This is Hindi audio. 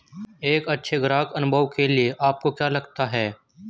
एक अच्छे ग्राहक अनुभव के लिए आपको क्या लगता है?